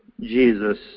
Jesus